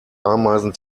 ameisen